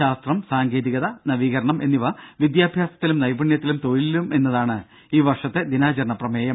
ശാസ്ത്രം സാങ്കേതികത നവീകരണം എന്നിവ വിദ്യാഭ്യാസത്തിലും നൈപുണ്യത്തിലും തൊഴിലിലും എന്നതാണ് ഈ വർഷത്തെ ദിനാചരണ പ്രമേയം